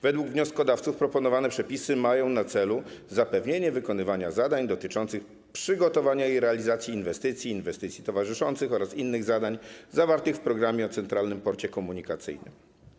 Według wnioskodawców proponowane przepisy mają na celu zapewnienie wykonywania zadań dotyczących przygotowania i realizacji inwestycji, inwestycji towarzyszących oraz innych zadań, zawartych w programie Centralny Port Komunikacyjny.